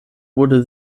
wurde